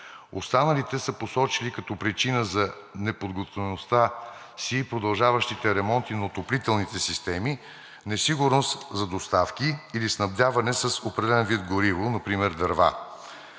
останалите са посочили като причина за неподготвеността си и продължаващите ремонти на отоплителните системи несигурност за доставки или снабдяване с определен вид гориво, например дърва.